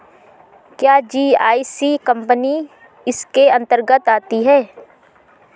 क्या GIC company इसके अन्तर्गत आती है?